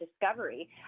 discovery